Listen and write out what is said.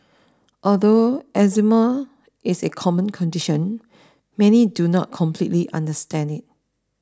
although eczema is a common condition many do not completely understand it